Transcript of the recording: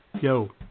yo